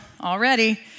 already